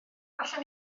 allwn